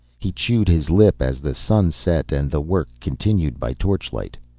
he chewed his lip as the sun set and the work continued by torchlight.